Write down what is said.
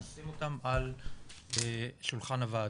אנחנו נשים אותן על שולחן הוועדה.